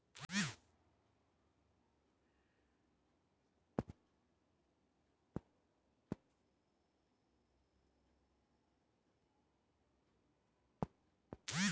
ఆదాయ వ్యయాల నిర్వహణలో ఫైనాన్షియల్ సర్వీసెస్ అనేవి చానా ముఖ్య పాత్ర పోషిత్తాయి